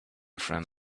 friend